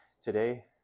today